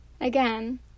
Again